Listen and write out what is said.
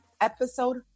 Episode